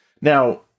Now